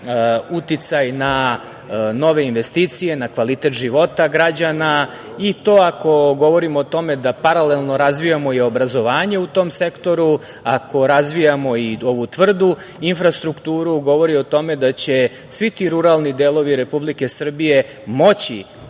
uticaj na nove investicije, na kvalitet života građana. Ako govorimo o tome da paralelno razvijamo i obrazovanje u tom sektoru, ako razvijamo ovu tvrdu infrastrukturu govori o tome da će svi ti ruralni delovi Republike Srbije moći